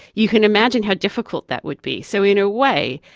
you can imagine how difficult that would be. so in a way,